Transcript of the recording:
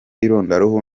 irondaruhu